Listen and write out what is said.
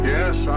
Yes